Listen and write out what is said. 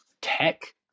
tech